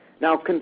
Now